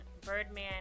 Birdman